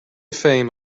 fame